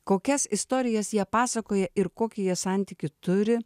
kokias istorijas jie pasakoja ir kokį jie santykį turi